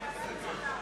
התשס"ט 2009,